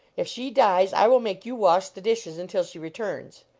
if she dies, i will make you wash the dishes until she returns.